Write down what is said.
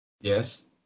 Yes